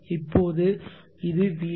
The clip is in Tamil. இப்போது இது vt